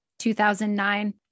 2009